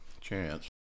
chance